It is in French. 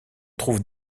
trouve